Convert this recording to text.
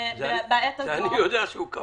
שבעת הזאת -- אני יודע שהוא קבע.